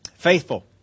Faithful